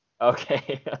Okay